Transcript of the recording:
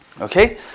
Okay